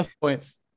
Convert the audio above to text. points